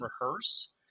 rehearse